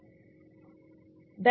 video